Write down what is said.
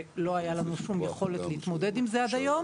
כשלא הייתה לנו שום יכולת להתמודד עם זה עד היום,